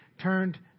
Turned